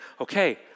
okay